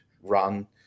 run